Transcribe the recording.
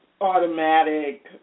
automatic